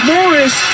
Morris